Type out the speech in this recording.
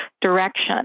direction